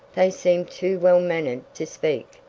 they seemed too well-mannered to speak,